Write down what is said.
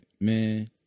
Man